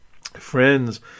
friends